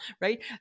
right